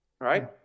right